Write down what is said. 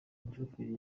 umushoferi